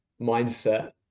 mindset